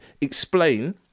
explain